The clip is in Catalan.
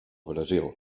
brasil